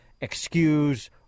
excuse